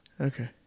Okay